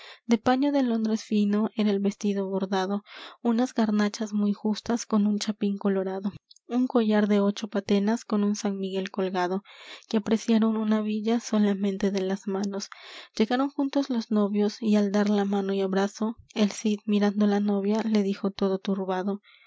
de paño de londres fino era el vestido bordado unas garnachas muy justas con un chapín colorado un collar de ocho patenas con un san miguel colgado que apreciaron una villa solamente de las manos llegaron juntos los novios y al dar la mano y abrazo el cid mirando la novia le dijo todo turbado